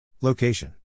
Location